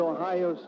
Ohio